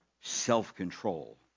self-control